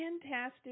fantastic